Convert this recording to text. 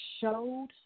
showed